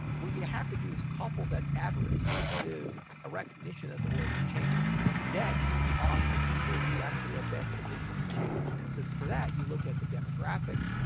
what you have to do is couple that avarice with a recognition that the world is changing and bet on the people who actually are best positioned to change. and so, for that, you look at the demographics,